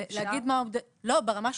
להגיד מה, ברמה שלכם,